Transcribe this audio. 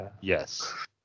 Yes